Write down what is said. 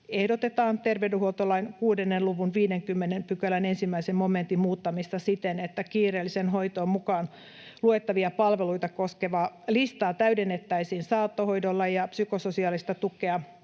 ehdotetaan terveydenhuoltolain 6 luvun 50 §:n 1 momentin muuttamista siten, että kiireelliseen hoitoon mukaan luettavia palveluita koskevaa listaa täydennettäisiin saattohoidolla ja psykososiaalista tukea